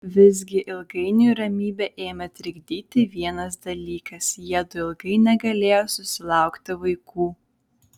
visgi ilgainiui ramybę ėmė trikdyti vienas dalykas jiedu ilgai negalėjo susilaukti vaikų